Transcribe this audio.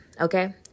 okay